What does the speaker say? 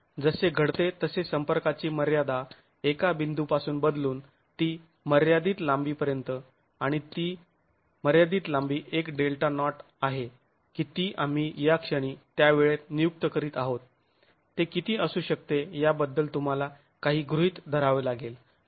तर जसे घडते तसे संपर्काची मर्यादा एका बिंदूपासून बदलून ती मर्यादित लांबीपर्यंत आणि ती मर्यादित लांबी एक डेल्टा नाॅट आहे की ती आम्ही या क्षणी त्या वेळेत नियुक्त करीत आहोत ते किती असू शकते याबद्दल तुम्हाला काही गृहीत धरावे लागेल